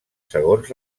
segons